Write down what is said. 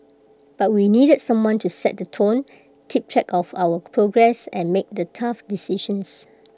but we needed someone to set the tone keep track of our progress and make the tough decisions